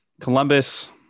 Columbus